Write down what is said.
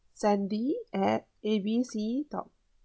sandy at A B C dot